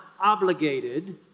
obligated